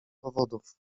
powodów